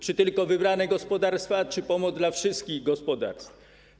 Czy tylko wybrane gospodarstwa, czy pomoc dla wszystkich gospodarstw?